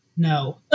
No